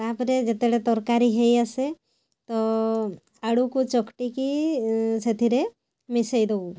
ତା'ପରେ ଯେତେବେଳେ ତରକାରୀ ହେଇଆସେ ତ ଆଳୁକୁ ଚକଟିକି ସେଥିରେ ମିଶାଇଦେଉ